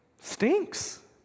stinks